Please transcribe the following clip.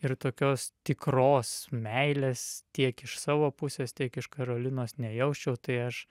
ir tokios tikros meilės tiek iš savo pusės tiek iš karolinos nejausčiau tai aš